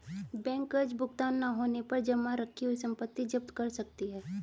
bank कर्ज भुगतान न होने पर जमा रखी हुई संपत्ति जप्त कर सकती है